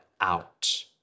out